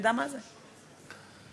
כי לטעמי, הנה, עובדה,